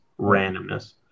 randomness